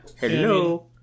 Hello